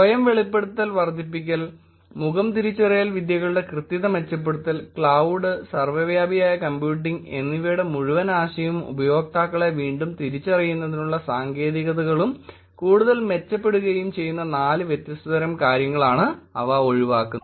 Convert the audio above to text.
സ്വയം വെളിപ്പെടുത്തൽ വർദ്ധിപ്പിക്കൽ മുഖം തിരിച്ചറിയൽ വിദ്യകളുടെ കൃത്യത മെച്ചപ്പെടുത്തൽ ക്ലൌഡ് സർവ്വവ്യാപിയായ കമ്പ്യൂട്ടിംഗ് എന്നിവയുടെ മുഴുവൻ ആശയവും ഉപയോക്താക്കളെ വീണ്ടും തിരിച്ചറിയുന്നതിനുള്ള സാങ്കേതികതകളും കൂടുതൽ മെച്ചപ്പെടുകയും ചെയ്യുന്ന നാല് വ്യത്യസ്ത തരം കാര്യങ്ങളാണ് അവ ഒഴിവാക്കുന്നത്